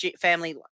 family